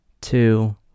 two